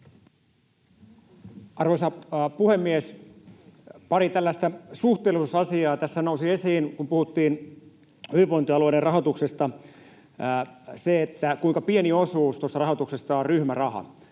Arvoisa puhemies! Pari tällaista suhteellisuusasiaa: Tässä nousi esiin, kun puhuttiin hyvinvointialueiden rahoituksesta, kuinka pieni osuus tuosta rahoituksesta on ryhmäraha.